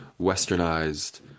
westernized